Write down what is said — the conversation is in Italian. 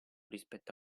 rispetto